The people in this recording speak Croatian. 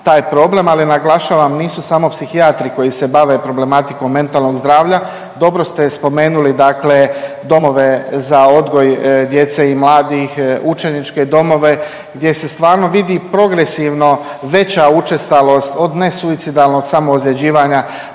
taj problem, ali naglašavam, nisu samo psihijatri koji se bave problematikom mentalnog zdravlja. Dobro ste spomenuli, dakle domove za odgoj djece i mladih, učeničke domove gdje se stvarno vidi progresivno veća učestalost od nesuicidalnog samoozljeđivanja